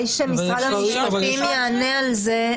אולי משרד המשפטים יענה על זה?